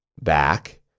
back